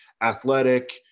athletic